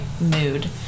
mood